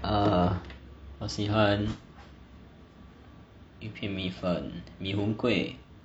err 我喜欢鱼片米粉 mee hoon kueh